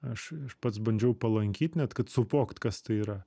aš aš pats bandžiau palankyt net kad suvokt kas tai yra